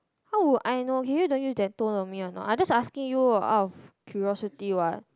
how would I know can you don't use that tone on me a not I jus asking you what out of curiosity what